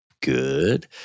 Good